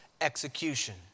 execution